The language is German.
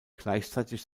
gleichzeitig